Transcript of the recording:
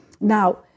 Now